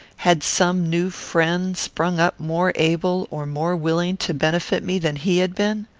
had some new friend sprung up more able or more willing to benefit me than he had been?